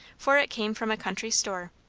for it came from a country store.